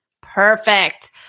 Perfect